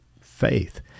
faith